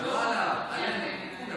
לא עליו, עלינו, כולם.